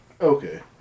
Okay